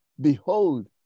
Behold